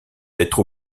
être